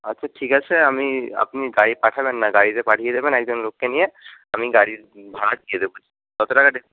আচ্ছা ঠিক আছে আমি আপনি গাড়ি পাঠাবেন না গাড়িতে পাঠিয়ে দেবেন একজন লোককে নিয়ে আমি গাড়ির ভাড়া দিয়ে দেবো কত টাকা